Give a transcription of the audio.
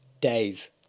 days